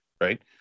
right